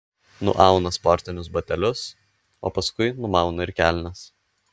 nuauna sportinius batelius o paskui numauna ir kelnes